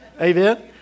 Amen